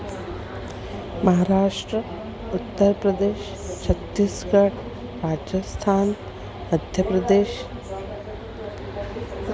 महाराष्ट्रः उत्तरप्रदेशः छत्तीस्गढ् राजस्थान् मध्यप्रदेशः